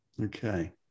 Okay